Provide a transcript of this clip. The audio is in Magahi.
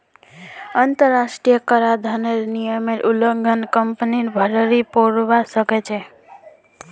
अंतरराष्ट्रीय कराधानेर नियमेर उल्लंघन कंपनीक भररी पोरवा सकछेक